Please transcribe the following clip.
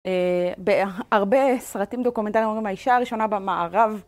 בהרבה סרטים דוקומנטריים אומרים האישה הראשונה במערב.